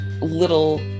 little